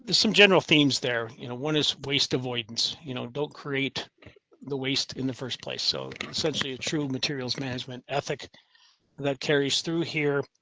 some general themes there one is waste avoidance you know don't create the waste in the first place. so essentially, a true materials management ethic that carries through here.